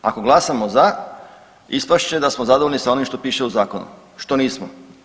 Ako glasamo za ispast će da smo zadovoljni sa onim što piše u zakonu, što nismo.